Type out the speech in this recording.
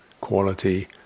quality